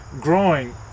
growing